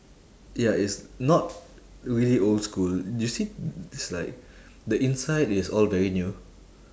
ya it's not really old school you see it's like the inside is all very new